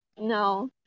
No